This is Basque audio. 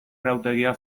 arautegia